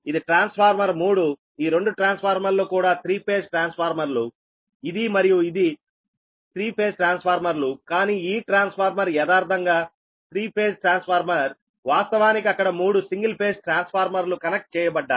ఇది ట్రాన్స్ఫార్మర్ 3 ఈ రెండు ట్రాన్స్ఫార్మర్లు కూడా 3 ఫేజ్ ట్రాన్స్ఫార్మర్లు ఇది మరియు ఇది 3 ఫేజ్ ట్రాన్స్ఫార్మర్లుకానీ ఈ ట్రాన్స్ఫార్మర్ యదార్ధంగా 3 ఫేజ్ ట్రాన్స్ఫార్మర్ వాస్తవానికి అక్కడ మూడు సింగిల్ ఫేజ్ ట్రాన్స్ఫార్మర్లు కనెక్ట్ చేయబడ్డాయి